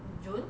in june